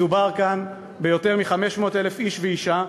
מדובר כאן ביותר מ-500,000 איש ואישה,